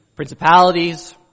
Principalities